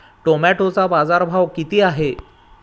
टोमॅटोचा बाजारभाव किती आहे?